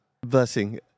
Blessing